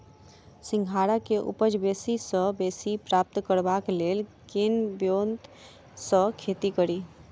सिंघाड़ा केँ उपज बेसी सऽ बेसी प्राप्त करबाक लेल केँ ब्योंत सऽ खेती कड़ी?